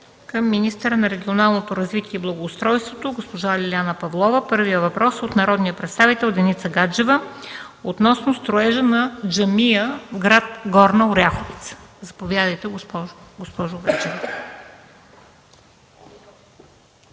към министъра на регионалното развитие и благоустройството госпожа Лиляна Павлова. Първият въпрос е от народния представител Деница Гаджева относно строежа на джамия в град Горна Оряховица. Заповядайте, госпожа Гаджева.